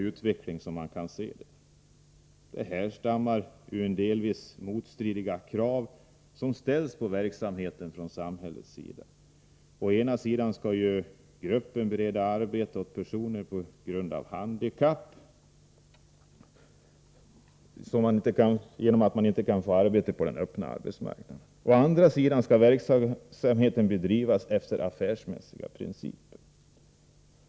Den härstammar ur de delvis motstridiga krav som ställs på verksamheten från samhällets sida. Å ena sidan skall gruppen bereda arbete åt personer som på grund av handikapp inte kan få arbete på öppna arbetsmarknaden. Å andra sidan skall verksamheten bedrivas efter affärsmässiga principer.